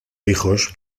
hijos